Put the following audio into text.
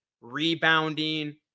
Rebounding